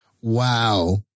Wow